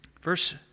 Verse